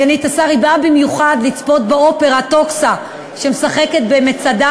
סגנית השר באה במיוחד לצפות באופרה "טוסקה" במצדה.